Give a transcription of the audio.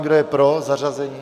Kdo je pro zařazení?